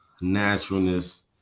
naturalness